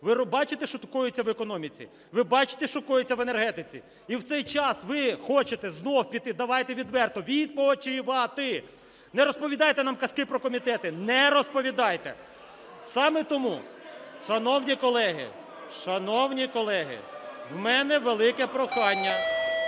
Ви бачите, що коїться в економіці? Ви бачите, що коїться в енергетиці? І в цей час ви хочете знову піти, давайте відверто, від-по-чи-ва-ти. Не розповідайте нам казки про комітети. Не розповідайте! Саме тому, шановні колеги… (Шум у залі) Шановні